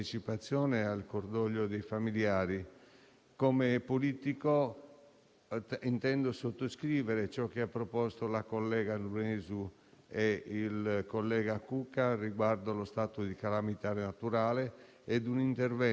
Lunesu e Cucca riguardo allo stato di calamità naturale ed un intervento che sia risolutivo rispetto ai danni già prodotti circa sette anni fa nella stessa zona. Sono sicuro che